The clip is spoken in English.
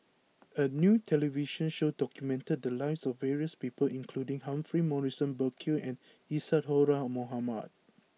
a new television show documented the lives of various people including Humphrey Morrison Burkill and Isadhora Mohamed